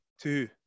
Two